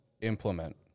implement